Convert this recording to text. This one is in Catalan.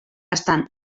estan